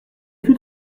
fût